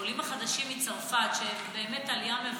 שהעולים החדשים מצרפת הם באמת עלייה מבורכת,